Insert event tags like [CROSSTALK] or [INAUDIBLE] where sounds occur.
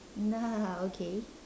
[LAUGHS] okay